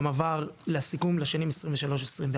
גם עבר לסיכום לשנים 23-24,